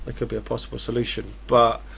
ah could be a possible solution. but